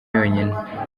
yonyine